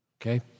okay